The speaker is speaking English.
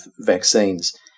vaccines